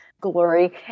glory